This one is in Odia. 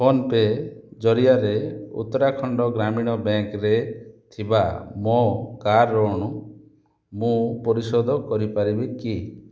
ଫୋନ୍ପେ ଜରିଆରେ ଉତ୍ତରାଖଣ୍ଡ ଗ୍ରାମୀଣ ବ୍ୟାଙ୍କ୍ରେ ଥିବା ମୋ କାର୍ ଋଣ ମୁଁ ପରିଶୋଧ କରି ପାରିବି କି